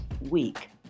week